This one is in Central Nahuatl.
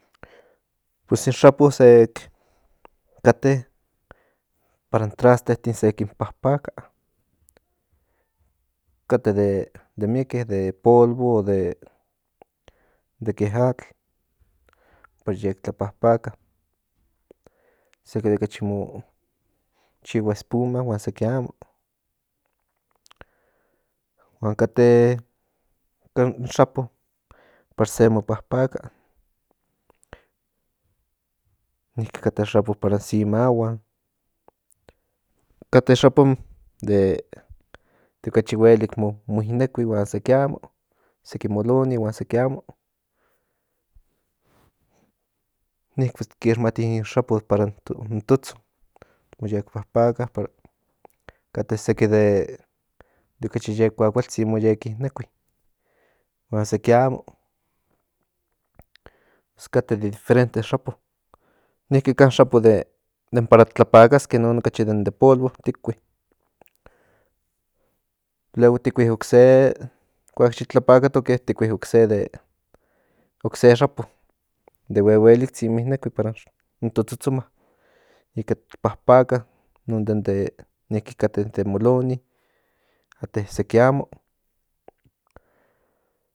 Pues in xapo kate para in trastetin se kin papaka kate de mieke kate de polvo de ke atl para yek tlapapaka seki de okachi mo chihua esp a huan seki amo huan kate in xapo para se mo papaka niki kate in xapo para se imahuan kate xapo de okachi huelik mo inekui huan seki amo seki moloni seki amo niki yik kixmati in xapo para in totson moyek papaka pará kate seki de okachi yek kuakualtzin mo yek inekui huan seki amo kate de diferente xapo niki kan in xapo para tlapakaske in non okachi den de polvo tikui luego tikui okse kuak yit tlapakatoke tikui ocse de ocse xapo de huehueliktsi mo inekui para in to totsoma ika tik papaka kate seki de moloni seki amo